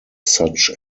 such